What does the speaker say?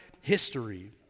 history